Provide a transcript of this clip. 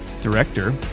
Director